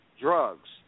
drugs